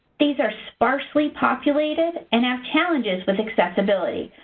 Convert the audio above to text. these are sparsely populated and have challenges with accessibility.